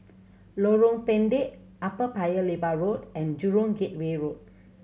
Lorong Pendek Upper Paya Lebar Road and Jurong Gateway Road